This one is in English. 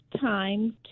time